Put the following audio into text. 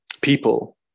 people